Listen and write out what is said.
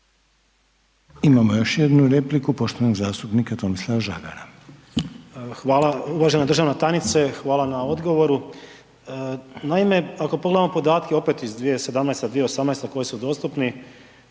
Imamo još jednu repliku poštovanog zastupnika Tomislava Žagara. **Žagar, Tomislav (HSU)** Hvala. Uvažena državna tajnice, hvala na odgovoru. Naime, ako pogledamo podatke opet iz 2017., 2018. koji su dostupni,